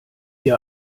ihr